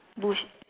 bush